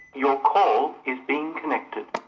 your call is being connected.